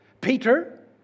Peter